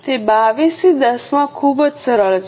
તે 22 થી 10 માં ખૂબ જ સરળ છે